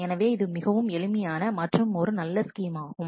எனவே இது மிகவும் எளிமையான மற்றுமொரு நல்ல ஸ்கீம் ஆகும்